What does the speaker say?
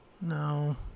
No